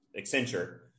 Accenture